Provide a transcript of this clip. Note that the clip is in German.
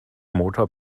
motor